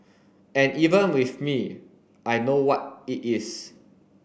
and even with me I know what it is